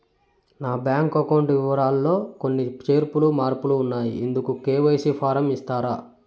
నా bank account వివరాలు లో కొన్ని చేర్పులు మార్పులు ఉన్నాయి, ఇందుకు కె.వై.సి ఫారం ఇస్తారా?